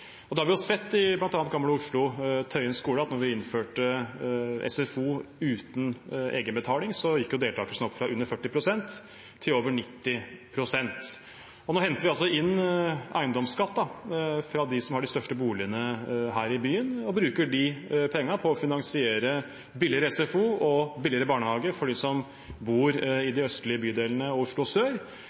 at da vi innførte SFO uten egenbetaling, gikk deltakelsen opp fra under 40 pst. til over 90 pst. Nå henter vi inn eiendomsskatt fra dem som har de største boligene her i byen, og bruker de pengene til å finansiere billigere SFO og billigere barnehage for dem som bor i de østlige bydelene og i Oslo sør.